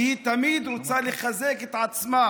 כי תמיד היא רוצה לחזק את עצמה.